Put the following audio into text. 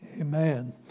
Amen